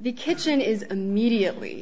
the kitchen is immediately